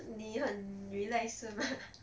你很 relax 是吗